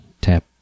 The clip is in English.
Tap